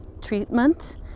treatment